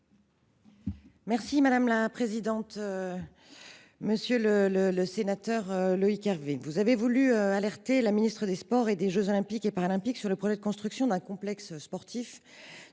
est à Mme la secrétaire d’État. Monsieur le sénateur Loïc Hervé, vous avez voulu alerter la ministre des sports et des jeux Olympiques et Paralympiques sur le projet de construction d’un complexe sportif